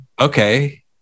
Okay